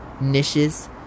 Niches